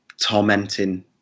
tormenting